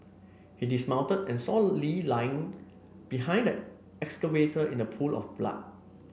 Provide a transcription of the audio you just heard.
he dismounted and saw Lee lying behind excavator in a pool of blood